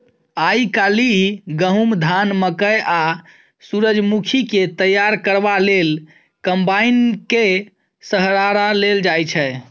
आइ काल्हि गहुम, धान, मकय आ सूरजमुखीकेँ तैयार करबा लेल कंबाइनेक सहारा लेल जाइ छै